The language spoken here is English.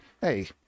hey